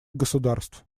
государств